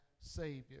Savior